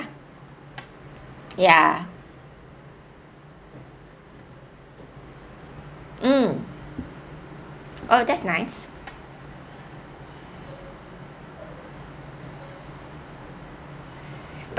ya mm oh that's nice